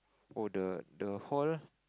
oh the the hall